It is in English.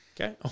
Okay